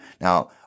now